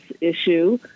issue